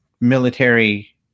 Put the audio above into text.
military